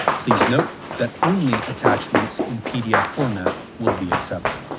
please note that only attachments in pdf format will be accepted.